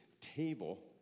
table